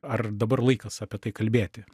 ar dabar laikas apie tai kalbėti